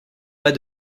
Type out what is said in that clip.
pas